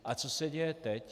A co se děje teď?